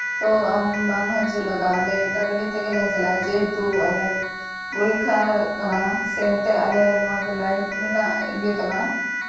ᱛᱳ ᱟᱢ ᱵᱟᱝ ᱦᱤᱡᱩᱜ ᱞᱟᱜᱟᱜᱼᱟ ᱟᱞᱮ ᱮᱴᱟᱜ ᱜᱟᱹᱰᱤ ᱛᱮᱜᱮᱞᱮ ᱪᱟᱞᱟᱜᱼᱟ ᱡᱮᱦᱮᱛᱩ ᱟᱞᱮ ᱯᱚᱨᱤᱠᱠᱷᱟ ᱠᱟᱱᱟ ᱥᱮ ᱮᱱᱛᱮᱫ ᱟᱞᱮ ᱱᱚᱣᱟ ᱫᱚ ᱞᱟᱭᱤᱯᱷ ᱨᱮᱱᱟᱜ ᱤᱭᱟᱹ ᱠᱟᱱᱟ